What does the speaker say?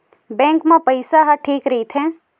Bank मा पईसा ह ठीक राइथे?